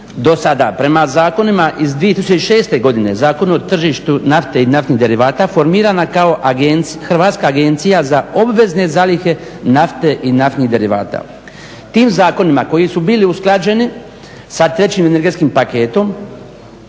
do sada prema zakonima iz 2006. godine Zakon o tržištu nafte i naftnih derivata formirana kao Hrvatska agencija za obvezne zalihe nafte i naftnih derivata. Tim zakonima koji su bili usklađeni sa trećim energetskim paketom